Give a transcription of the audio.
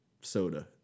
soda